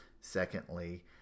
Secondly